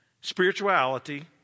Spirituality